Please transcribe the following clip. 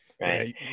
right